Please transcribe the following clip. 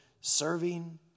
serving